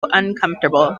uncomfortable